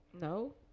No